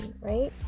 right